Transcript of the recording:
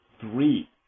three